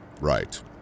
Right